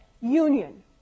union